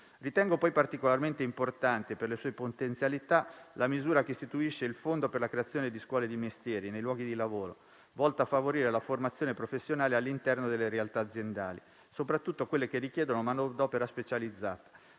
Ritengo poi particolarmente importante per le sue potenzialità la misura che istituisce il fondo per la creazione di scuole dei mestieri nei luoghi di lavoro, volta a favorire la formazione professionale all'interno delle realtà aziendali, soprattutto quelle che richiedono manodopera specializzata,